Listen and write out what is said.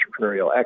entrepreneurial